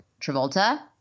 Travolta